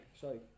sorry